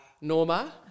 Norma